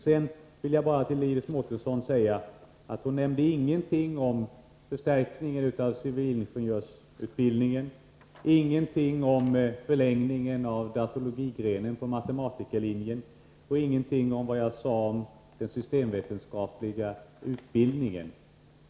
Sedan vill jag bara till Iris Mårtensson säga: Hon nämnde ingenting om förstärkningen av civilingenjörsutbildningen, ingenting om förlängningen av datologigrenen på matematikerlinjen och ingenting om vad jag sade om den systemvetenskapliga utbildningen.